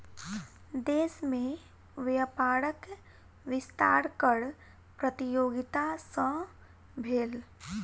देश में व्यापारक विस्तार कर प्रतियोगिता सॅ भेल